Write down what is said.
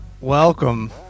Welcome